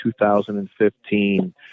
2015